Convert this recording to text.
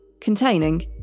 containing